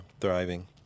thriving